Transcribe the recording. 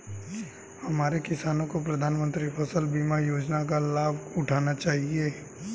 हमारे किसानों को प्रधानमंत्री फसल बीमा योजना का लाभ उठाना चाहिए